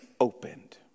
opened